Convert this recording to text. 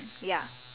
ya